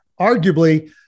arguably